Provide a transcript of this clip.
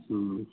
ಹ್ಞೂ